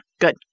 Good